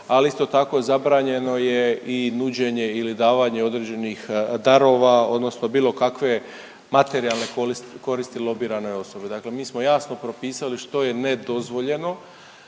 ali isto tako zabranjeno je i nuđenje ili davanje određenih darova odnosno bilo kakve materijalne koristi lobiranoj osobi. Dakle, mi smo jasno propisali što je nedozvoljeno.